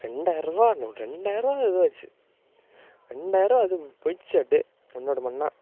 ரெண்டாயருபா no ரெண்டாயருபா இதுவாச்சு ரெண்டாயருபா இது போயிடிச்சி அப்படே மண்ணோடு மண்ணாக